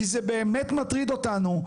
כי זה באמת מטריד אותנו.